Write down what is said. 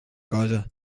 cosa